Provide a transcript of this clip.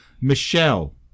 Michelle